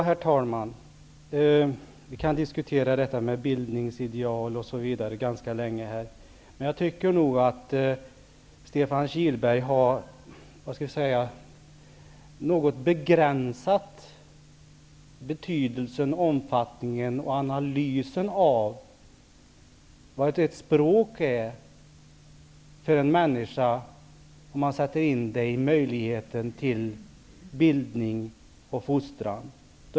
Herr talman! Vi kan diskutera bildningsideal osv. ganska länge. Men jag tycker nog att Stefan Kihlberg har begränsat betydelsen, omfattningen och analysen något av vad ett språk är för en människa, om man sätter in det i möjligheten till bildning och fostran.